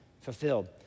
fulfilled